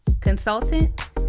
consultant